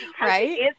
Right